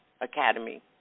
Academy